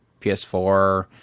PS4